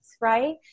Right